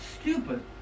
stupid